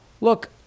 look